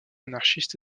anarchistes